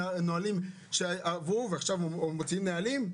הנהלים שעברו ועכשיו מוציאים נהלים,